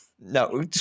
no